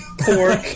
pork